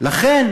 לכן